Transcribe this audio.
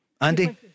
Andy